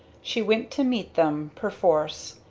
she went to meet them perforce.